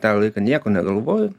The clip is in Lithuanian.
tą laiką nieko negalvoju